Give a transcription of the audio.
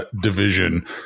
division